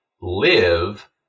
live